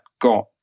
got